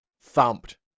thumped